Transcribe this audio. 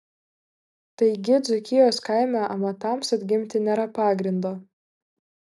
taigi dzūkijos kaime amatams atgimti nėra pagrindo